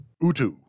Utu